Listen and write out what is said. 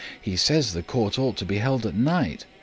he says the court ought to be held at night!